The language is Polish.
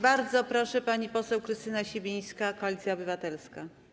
Bardzo proszę, pani poseł Krystyna Sibińska, Koalicja Obywatelska.